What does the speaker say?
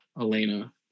Elena